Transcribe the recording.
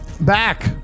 back